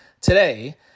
today